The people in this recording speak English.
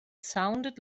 sounded